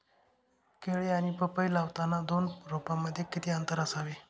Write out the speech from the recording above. केळी किंवा पपई लावताना दोन रोपांमध्ये किती अंतर असावे?